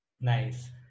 nice